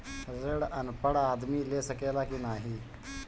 ऋण अनपढ़ आदमी ले सके ला की नाहीं?